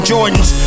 Jordans